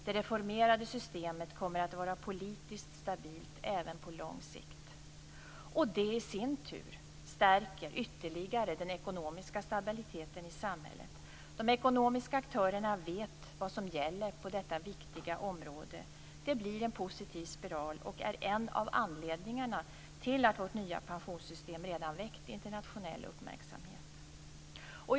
Det reformerade systemet kommer att vara politiskt stabilt även på lång sikt. Det i sin tur stärker ytterligare den ekonomiska stabiliteten i samhället. De ekonomiska aktörerna vet vad som gäller på detta viktiga område. Det blir en positiv spiral, och det är en av anledningarna till att vårt nya pensionssystem redan väckt internationell uppmärksamhet.